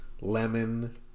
lemon